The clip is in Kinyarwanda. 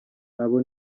abo